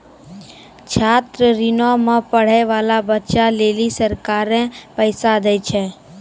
छात्र ऋणो मे पढ़ै बाला बच्चा लेली सरकारें पैसा दै छै